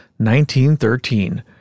1913